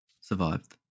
survived